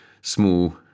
small